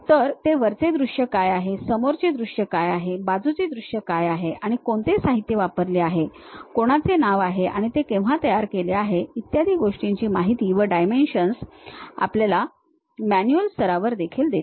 तर ते वरचे दृश्य काय आहे समोरचे दृश्य काय आहे बाजूचे दृश्य काय आहे आणि कोणते साहित्य वापरले आहे कोणाचे नाव आहे आणि ते केव्हा तयार केले आहे इत्यादी गोष्टीची माहिती व डायमेन्शन्स आपल्याला मॅन्युअल स्तरावर देखील देतात